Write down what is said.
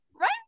right